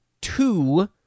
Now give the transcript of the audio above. two